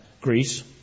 Greece